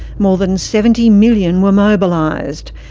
more than seventy million were mobilised.